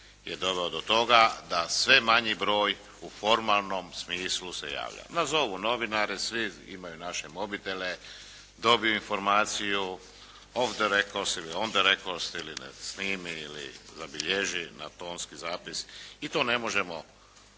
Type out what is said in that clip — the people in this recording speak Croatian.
je doveo do toga da sve manji broj u formalnom smislu se javlja. Nazovu novinari, svi imaju naše mobitele, dobiju informaciju off the records, on the records ili snimi ili zabilježi na tonski zapis. I to ne možemo bilježiti